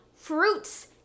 fruits